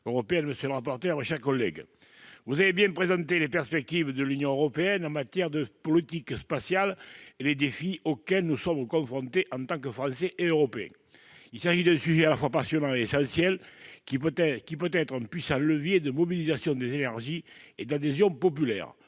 parole est à M. Jean-Claude Requier. Vous avez bien présenté les perspectives de l'Union européenne en matière de politique spatiale et les défis auxquels nous sommes confrontés en tant que Français et Européens. Il s'agit d'un sujet à la fois passionnant et essentiel, qui peut être un puissant levier de mobilisation des énergies et d'adhésion populaire.